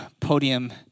podium